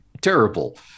terrible